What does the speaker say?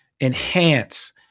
enhance